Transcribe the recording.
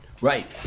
Right